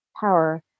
power